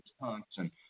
Wisconsin